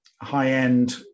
high-end